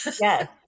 yes